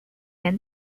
公家